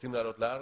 רוצים לעלות לארץ,